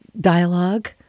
dialogue